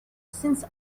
since